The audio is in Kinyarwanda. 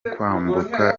kwambuka